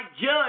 judge